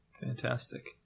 Fantastic